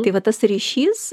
tai va tas ryšys